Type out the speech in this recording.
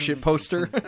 poster